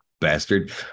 bastard